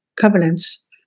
covenants